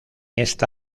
esta